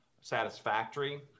satisfactory